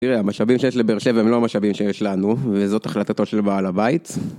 תראה, המשאבים שיש לבאר שבע הם לא המשאבים שיש לנו, וזאת החלטתו של בעל הבית.